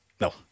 No